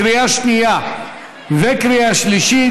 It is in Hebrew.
קריאה שנייה וקריאה שלישית.